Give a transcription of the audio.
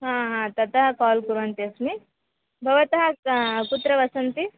हा हा ततः काल् कुर्वन्ती अस्मि भवतः कुत्र वसन्ति